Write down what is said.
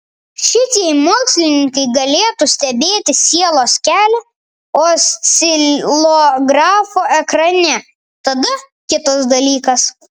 šit jei mokslininkai galėtų stebėti sielos kelią oscilografo ekrane tada kitas dalykas